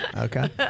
Okay